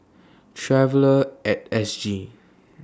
Traveller At S G